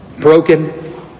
broken